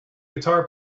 guitar